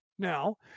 now